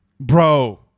Bro